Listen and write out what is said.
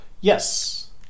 Yes